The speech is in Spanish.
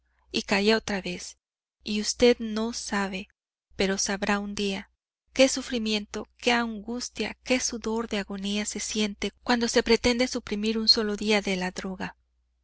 y caía otra vez y usted no sabe pero sabrá un día qué sufrimiento qué angustia qué sudor de agonía se siente cuando se pretende suprimir un solo día la droga